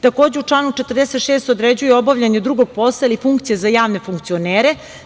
Takođe, u članu 46. se određuje obavljanje drugog posla, ili funkcije za javne funkcionere.